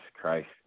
Christ